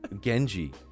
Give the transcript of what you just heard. Genji